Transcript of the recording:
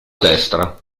destra